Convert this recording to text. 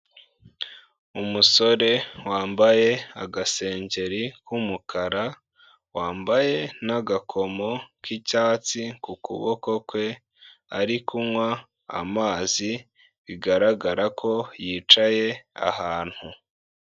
Umusore wambaye agaseri k'umukara, wambaye n'agakomo k'icyatsi ku kuboko kwe, ari kunywa amazi bigaragara ko yicaye ahantu.